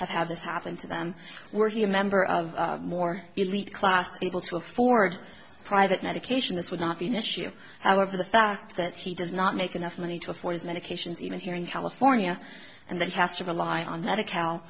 have had this happen to them working a member of more elite class able to afford private medication this would not be an issue however the fact that he does not make enough money to afford his medications even here in california and then has to rely on that acco